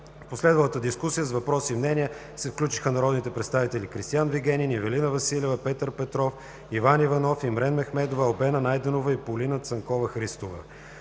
В последвалата дискусия с въпроси и мнения се включиха народните представители Кристиан Вигенин, Ивелина Василева, Петър Петров, Иван Иванов, Имрен Мехмедова, Албена Найденова и Полина Цанкова-Христова.